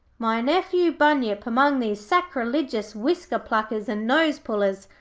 my nephew bunyip among these sacrilegious whisker-pluckers and nose-pullers.